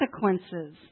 consequences